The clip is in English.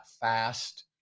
fast